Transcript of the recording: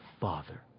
Father